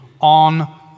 on